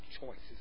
choices